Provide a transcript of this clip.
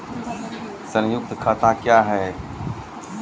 संयुक्त खाता क्या हैं?